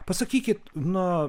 pasakykit na